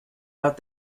out